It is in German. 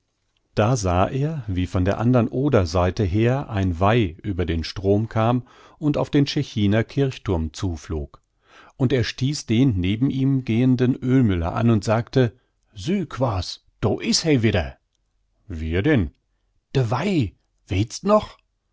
da sah er wie von der andern oderseite her ein weih über den strom kam und auf den tschechiner kirchthurm zuflog und er stieß den neben ihm gehenden ölmüller an und sagte süh quaas doa is he wedder wihr denn de weih weetst noch